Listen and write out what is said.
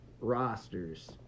rosters